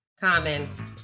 comments